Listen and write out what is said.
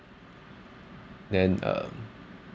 then um